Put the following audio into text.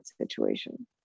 situation